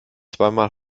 zweimal